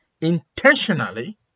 intentionally